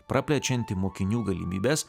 praplečianti mokinių galimybes